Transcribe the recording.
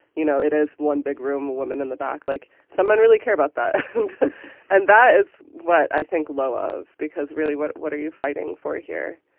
you know, it is one big room or woman in the back, like someone really care about that and that is what i think low of because really, what what are you fighting for here?